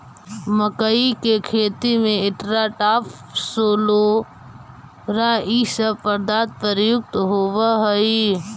मक्कइ के खेत में एट्राटाफ, सोलोरा इ सब पदार्थ प्रयुक्त होवऽ हई